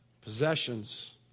possessions